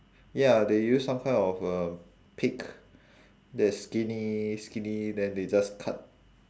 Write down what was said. ya they use some kind of a pick the skinny skinny then they just cut